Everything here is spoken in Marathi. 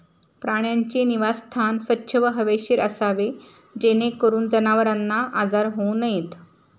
प्राण्यांचे निवासस्थान स्वच्छ व हवेशीर असावे जेणेकरून जनावरांना आजार होऊ नयेत